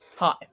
Hi